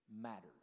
matters